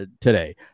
today